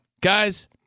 guys